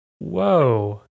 whoa